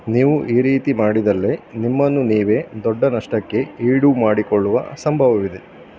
ನೀವು ಈ ರೀತಿ ಮಾಡಿದಲ್ಲಿ ನಿಮ್ಮನ್ನು ನೀವೇ ದೊಡ್ಡ ನಷ್ಟಕ್ಕೆ ಈಡು ಮಾಡಿಕೊಳ್ಳುವ ಸಂಭವವಿದೆ